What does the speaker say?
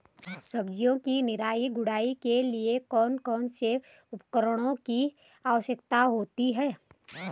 सब्जियों की निराई गुड़ाई के लिए कौन कौन से उपकरणों की आवश्यकता होती है?